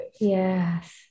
Yes